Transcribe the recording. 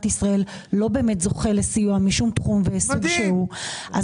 ישראל לא באמת זוכה לסיוע משום תחום וסוג שהוא,